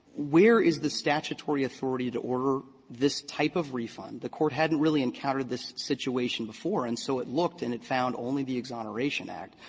where is the statutory authority to order this type of refund. the court hadn't really encountered this situation before, and so it looked and it found only the exoneration act.